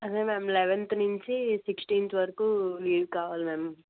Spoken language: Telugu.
అదే మ్యామ్ లెవెన్త్ నుంచి సిక్స్టీన్త్ వరకు లీవ్ కావాలి మ్యామ్